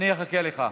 אני אחכה לך.